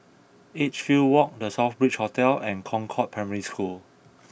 Edgefield Walk The Southbridge Hotel and Concord Primary School